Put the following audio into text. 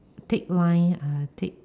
thick line uh thick